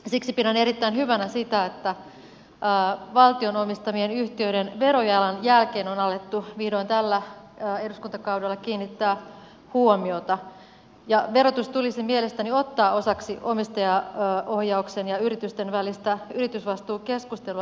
siksi pidän erittäin hyvänä sitä että valtion omistamien yhtiöiden verojalanjälkeen on alettu vihdoin tällä eduskuntakaudella kiinnittää huomiota ja verotus tulisi mielestäni ottaa osaksi omistajaohjauksen ja yritysten välistä yritysvastuukeskustelua